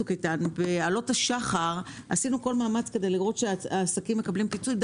בעלות השחר עשינו כל מאמץ כדי לראות שהעסקים מקבלים פיצוי,